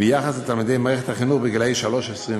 ביחס לתלמידי מערכת החינוך גילאי 3 21: